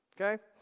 okay